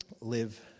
live